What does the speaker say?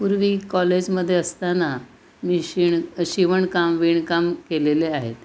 पूर्वी कॉलेजमध्ये असताना मी शिण शिवणकाम विणकाम केलेले आहेत